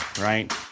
right